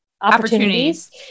opportunities